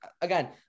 again